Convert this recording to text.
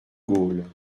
gaulle